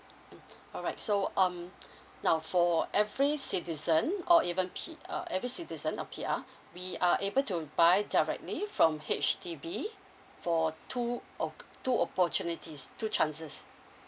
mm alright so um now for every citizen or even P~ uh every citizen or P_R we are able to buy directly from H_D_B for two op~ two opportunities two chances